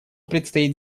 предстоит